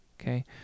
okay